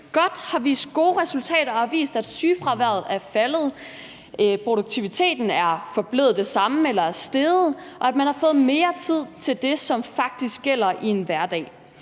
godt, har vist gode resultater og har vist, at sygefraværet er faldet, produktiviteten er forblevet den samme eller er steget, og at man har fået mere tid til det, som faktisk gælder i en hverdag.